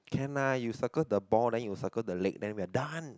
can lah you circle the ball then you circle the leg then we are done